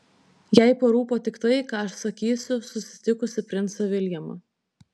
jai parūpo tik tai ką aš sakysiu susitikusi princą viljamą